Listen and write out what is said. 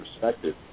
perspective